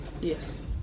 Yes